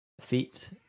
Feet